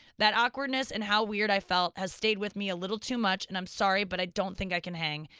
that awkwardness and how weird i felt has stayed with me a little too much and i'm sorry but i don't think i can hang.